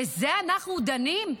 בזה אנחנו דנים?